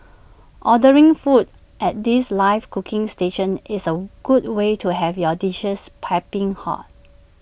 ordering foods at these live cooking stations is A good way to have your dishes piping hot